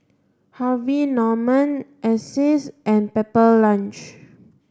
Harvey Norman Asics and Pepper Lunch